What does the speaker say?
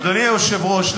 אדוני היושב-ראש,